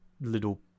little